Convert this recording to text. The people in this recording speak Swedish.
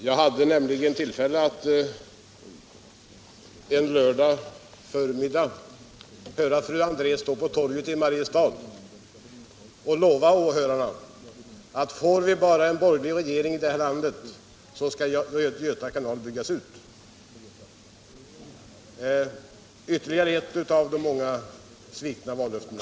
Jag hade nämligen tillfälle att en lördagsförmiddag höra fru André på torget i Mariestad lova åhörarna att får vi bara en borgerlig regering i det här landet, skall Göta kanal byggas ut. Det är, fru André, ytterligare ett av de många svikna vallöftena.